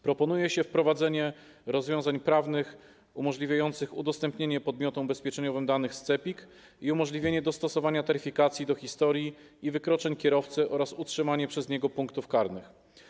Proponuje się wprowadzenie rozwiązań prawnych umożliwiających udostępnienie podmiotom ubezpieczeniowym danych z CEPiK oraz dostosowanie taryfikacji do historii i wykroczeń kierowcy oraz otrzymanych przez niego punktów karnych.